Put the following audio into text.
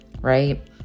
right